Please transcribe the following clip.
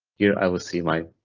here i will see my